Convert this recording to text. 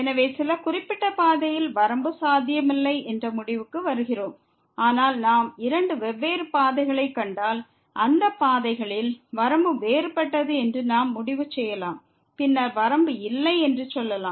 எனவே சில குறிப்பிட்ட பாதையில் வரம்பு சாத்தியமில்லை என்ற முடிவுக்கு வருகிறோம் ஆனால் நாம் இரண்டு வெவ்வேறு பாதைகளைக் கண்டால் அந்த பாதைகளில் வரம்பு வேறுபட்டது என்று நாம் முடிவு செய்யலாம் பின்னர் வரம்பு இல்லை என்று சொல்லலாம்